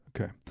Okay